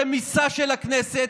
רמיסה של הכנסת,